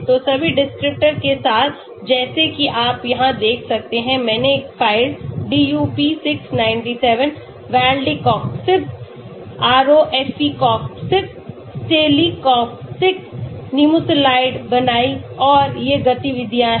तो सभी डिस्क्रिप्टर्स के साथ जैसा कि आप यहाँ देख सकते हैं मैंने एक file DuP 697 Valdecoxib Rofecoxib Celecoxib Nimesulide बनाई और ये गतिविधियाँ हैं